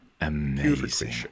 Amazing